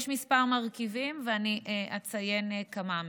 יש כמה מרכיבים, ואני אציין כמה מהם: